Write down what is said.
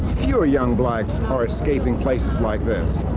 fewer young blacks are escaping places like this.